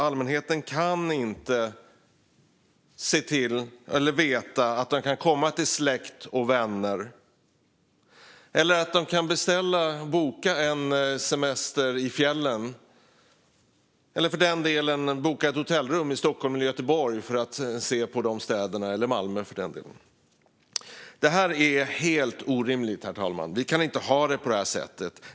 Allmänheten kan inte veta att den kan komma till släkt och vänner eller beställa en semester i fjällen eller för den delen boka ett hotellrum i Stockholm, Göteborg eller Malmö för att se de städerna. Detta är helt orimligt, herr talman! Vi kan inte ha det på det här sättet.